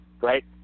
right